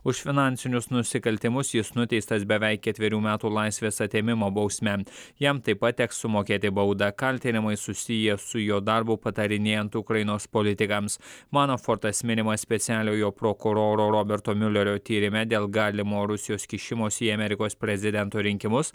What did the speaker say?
už finansinius nusikaltimus jis nuteistas beveik ketverių metų laisvės atėmimo bausme jam taip pat teks sumokėti baudą kaltinimai susiję su jo darbu patarinėjant ukrainos politikams manofortas minimas specialiojo prokuroro roberto miulerio tyrime dėl galimo rusijos kišimosi į amerikos prezidento rinkimus